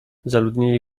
zaludnili